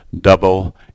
double